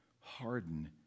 harden